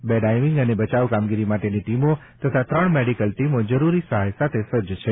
બે ડાઇવિંગ અને બચાવ કામગીરી માટેની ટીમો તથા ત્રણ મેડિકલ ટીમો જરૂરી સહાય સાથે સજ્જ છે